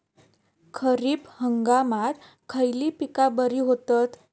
खरीप हंगामात खयली पीका बरी होतत?